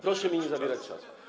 Proszę mi nie zabierać czasu.